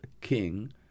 King